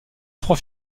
trois